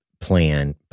plan